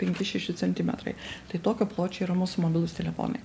penki šeši centimetrai tai tokio pločio yra mūsų mobilūs telefonai